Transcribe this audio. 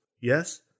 Yes